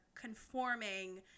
conforming